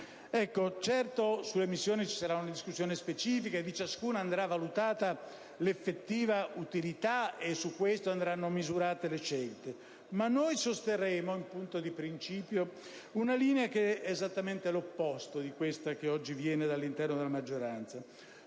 Libia. Certo, sulle missioni sarà svolta una discussione specifica, e di ciascuna andrà valutata l'effettiva utilità, su cui poi andranno misurate le scelte. Ma noi sosterremo in punto di principio una linea che è esattamente l'opposto di questa che oggi viene dalla maggioranza.